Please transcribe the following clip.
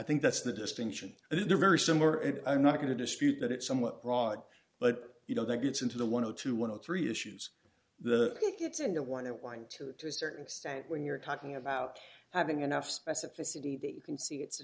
think that's the distinction and they're very similar and i'm not going to dispute that it's somewhat broad but you know that gets into the one of twenty one of three issues the it gets into one that wang two to a certain extent when you're talking about having enough specificity that you can see it's a